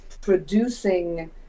producing